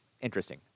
interesting